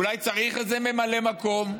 אולי צריך איזה ממלא מקום?